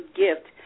gift